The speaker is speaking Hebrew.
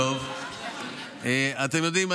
אתם יודעים,